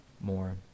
more